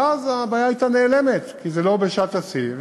ואז הבעיה הייתה נעלמת, כי זה לא בשעת השיא.